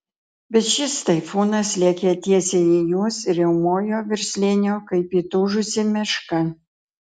bet šis taifūnas lėkė tiesiai į juos ir riaumojo virš slėnio kaip įtūžusi meška